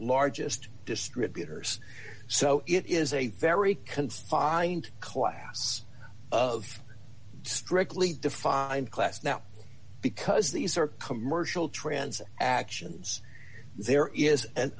largest distributors so it is a very conspired and class of strictly defined class now because these are commercial trans actions there is an